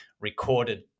recorded